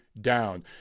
down